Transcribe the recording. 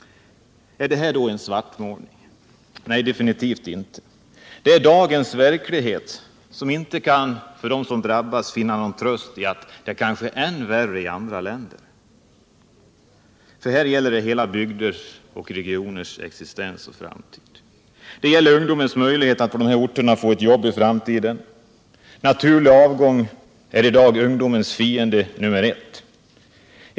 Är då detta en svartmålning? Nej, definitivt inte. Det är dagens verklighet, och de drabbade kan inte finna någon tröst i att det kanske är värre i andra länder. Här gäller det hela bygders och regioners existens och framtid. Det gäller ungdomens möjlighet att i framtiden få ett arbete på de här orterna. Naturlig avgång är i dag ungdomens fiende nummer ett.